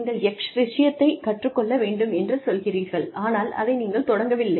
நீங்கள் X விஷயத்தை கற்றுக் கொள்ள வேண்டும் என்று சொல்கிறீர்கள் ஆனால் அதை நீங்கள் தொடங்கவில்லை